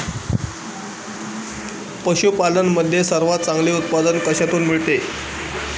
पशूपालन मध्ये सर्वात चांगले उत्पादन कशातून मिळते?